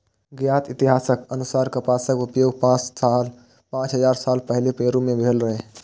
ज्ञात इतिहासक अनुसार कपासक उपयोग पांच हजार साल पहिने पेरु मे भेल रहै